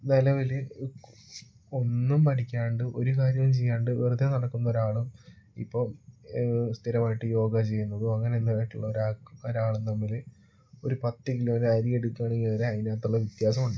നിലവില് ഒന്നും പഠിക്കാണ്ട് ഒരു കാര്യം ചെയ്യാണ്ട് വെറുതെ നടക്കുന്ന ഒരാളും ഇപ്പം സ്ഥിരമായിട്ട് യോഗ ചെയ്യുന്നതോ അങ്ങനെ ഇതായിട്ടുള്ള ഒരാ ഒരാളും തമ്മില് ഒരു പത്ത് കിലോയില് അരിയെടുക്കുകയാണെങ്കിൽ വരെ അതിനകത്തുള്ള വ്യത്യാസം ഉണ്ട്